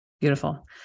Beautiful